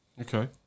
Okay